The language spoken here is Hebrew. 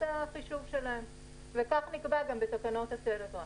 החישוב שלהם וכך נקבע גם בתקנות הטלגרף.